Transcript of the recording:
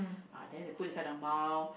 uh then they put inside their mouth